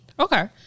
Okay